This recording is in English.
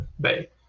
bay